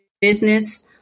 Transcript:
business